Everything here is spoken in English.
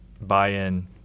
buy-in